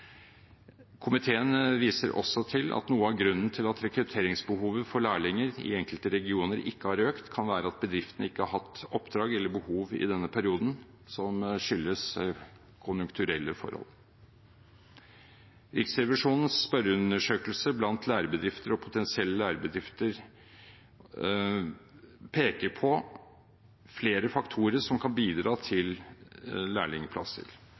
Komiteen viser også til at noe av grunnen til at rekrutteringsbehovet for lærlinger i enkelte regioner ikke har økt, kan være at bedriftene ikke har hatt oppdrag eller behov i denne perioden som skyldes konjunkturelle forhold. Riksrevisjonens spørreundersøkelse blant lærebedrifter og potensielle lærebedrifter peker på flere faktorer som kan bidra til lærlingplasser: